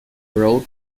route